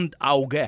Auge